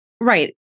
Right